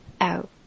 out